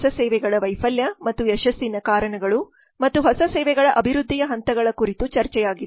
ಹೊಸ ಸೇವೆಗಳ ವೈಫಲ್ಯ ಮತ್ತು ಯಶಸ್ಸಿನ ಕಾರಣಗಳು ಮತ್ತು ಹೊಸ ಸೇವೆಗಳ ಅಭಿವೃದ್ಧಿಯ ಹಂತಗಳ ಕುರಿತು ಚರ್ಚೆಯಾಗಿದೆ